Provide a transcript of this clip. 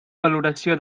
valoració